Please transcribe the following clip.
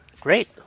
Great